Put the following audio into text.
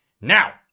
Now